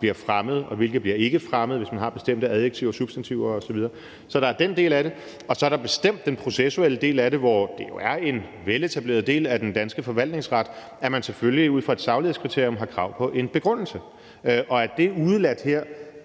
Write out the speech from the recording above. bliver fremmet, og hvilke der ikke bliver fremmet, hvis man har bestemte adjektiver og substantiver osv. Så der er den del af det, og så er der bestemt også den processuelle del af det, hvor det jo selvfølgelig er en veletableret del af den danske forvaltningsret, at man ud fra et saglighedskriterium har krav på en begrundelse, og det, at det her er udeladt,